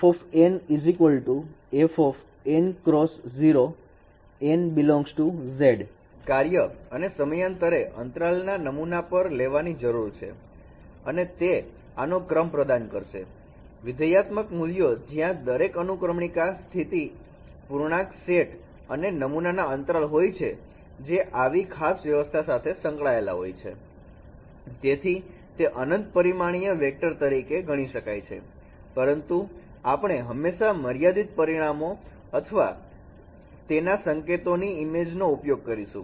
f f|n ∈ Z કાર્ય અને સમયાંતરે અંતરાલ પર નમૂના લેવાની જરૂર છે અને તે આનો ક્રમ પ્રદાન કરશે વિધ્યાત્મક મૂલ્યો જ્યાં દરેક અનુક્રમણિકા સ્થિતિ પૂર્ણાંક સેટ અને નમૂનાના અંતરાલ હોય છે જે આવી ખાસ વ્યવસ્થા સાથે સંકળાયેલા હોય છે તેથી તે અનંત પરિમાણીય વેક્ટર તરીકે ગણી શકાય છે પરંતુ આપણે હંમેશા મર્યાદિત પરિણામો અથવા તેના સંકેતો ની ઇમેજ નો ઉપયોગ કરીશું